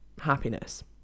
happiness